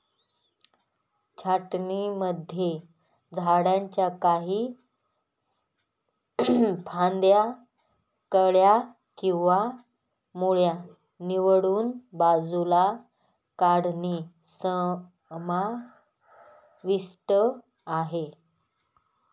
छाटणीमध्ये झाडांच्या काही फांद्या, कळ्या किंवा मूळ निवडून बाजूला काढणे समाविष्ट आहे